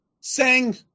sang